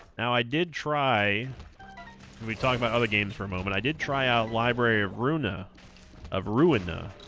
now i did try we talked about other games for a moment i did try out library of runa of ruin ah